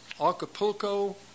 Acapulco